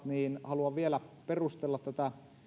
niin haluan vielä perustella tätä